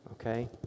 okay